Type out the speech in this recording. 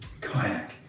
Kayak